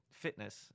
fitness